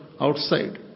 outside